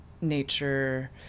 nature